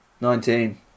Nineteen